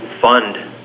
fund